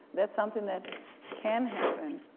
that's something that can happen